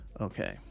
Okay